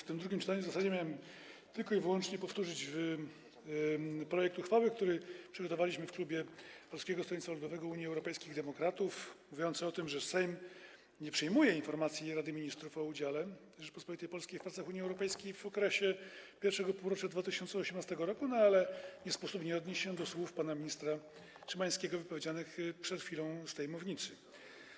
W tym drugim czytaniu w zasadzie miałem tylko i wyłącznie powtórzyć treść projektu uchwały, który przygotowaliśmy w klubie Polskiego Stronnictwa Ludowego - Unii Europejskich Demokratów, mówiącego o tym, że Sejm nie przyjmuje informacji Rady Ministrów o udziale Rzeczypospolitej Polskiej w pracach Unii Europejskiej w okresie I półrocza 2018 r., ale nie sposób nie odnieść się do słów pana ministra Szymańskiego wypowiedzianych przed chwilą z tej mównicy.